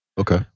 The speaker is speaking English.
okay